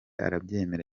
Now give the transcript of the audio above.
arabyemera